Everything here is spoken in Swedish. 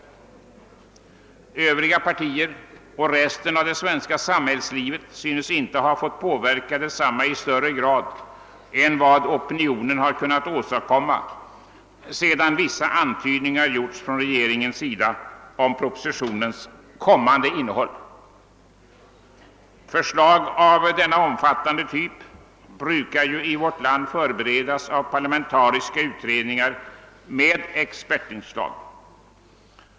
Övriga partier och resten av det svenska samhällslivet synes inte ha fått påverka detsamma i större grad än vad opinionen har kunnat åstadkomma sedan regeringen gjort vissa antydningar om propositionens kommande innehåll. Förslag av denna omfattande typ brukar i vårt land beredas av parlamentariska utredningar med expertinslag.